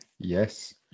Yes